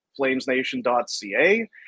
flamesnation.ca